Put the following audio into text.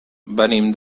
venim